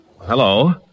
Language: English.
Hello